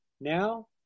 Now